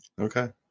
Okay